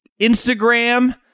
Instagram